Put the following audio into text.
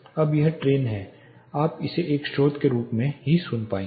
अब यह ट्रेन आप इसे एक ही स्रोत के रूप में सुन पाएंगे